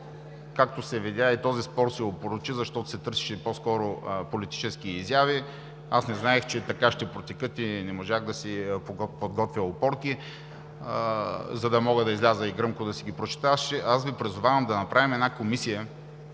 Както се видя, и този спор се опорочи, защото се търсеха по-скоро политически изяви. Не знаех, че така ще протекат и не можах да си подготвя опорки, за да мога да изляза и гръмко да си ги прочета. Призовавам Ви да направим комисия,